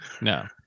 no